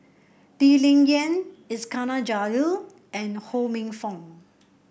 Lee Ling Yen Iskandar Jalil and Ho Minfong